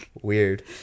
weird